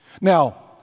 Now